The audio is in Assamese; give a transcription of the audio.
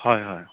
হয় হয়